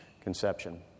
conception